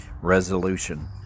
resolution